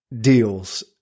deals